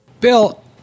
Bill